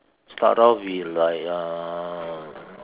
start off with like uh